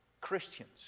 Christians